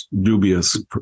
dubious